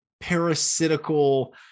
parasitical